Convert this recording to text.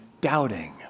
doubting